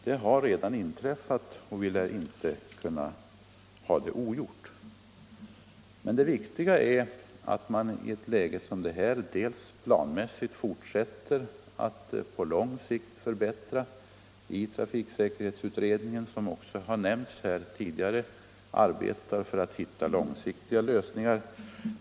Det har redan inträffat, och det kan inte göras ogjort. Det viktiga är att man i ett läge som detta planmässigt fortsätter att på lång sikt förbättra säkerheten. Trafiksäkerhetsutredningen arbetar för att försöka finna långsiktiga lösningar.